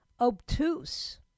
obtuse